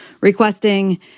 requesting